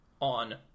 on